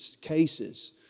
cases